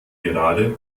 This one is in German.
gerade